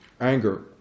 anger